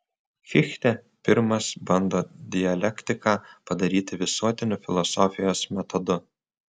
fichtė pirmas bando dialektiką padaryti visuotiniu filosofijos metodu